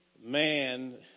man